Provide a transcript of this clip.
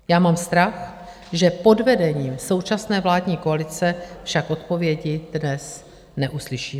Já mám strach, že pod vedením současné vládní koalice však odpovědi dnes neuslyšíme.